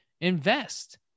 invest